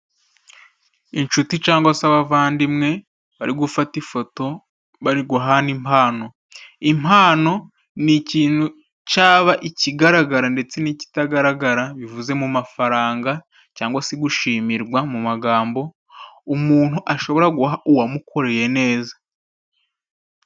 Inshuti cangwa se abavandimwe bari gufata ifoto bari guhana impano . Impano ni ikintu caba ikigaragara ndetse n'ikitagaragara bivuze mu mafaranga cangwa se gushimirwa mu magambo umuntu ashobora guha uwamukoreye neza.